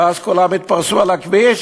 ואז כולם התפרסו על הכביש,